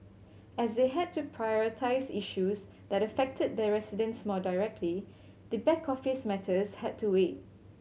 as they had to prioritise issues that affected their residents more directly the back office matters had to wait